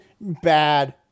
bad